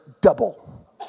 double